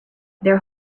their